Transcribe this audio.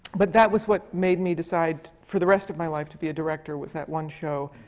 but that was what made me decide for the rest of my life to be a director, was that one show,